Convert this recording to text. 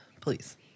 please